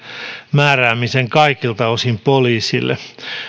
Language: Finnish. määräämiseen kaikilta osin poliisille